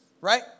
right